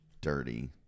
dirty